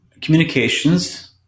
communications